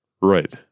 right